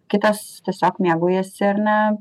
kitas tiesiog mėgaujasi ar ne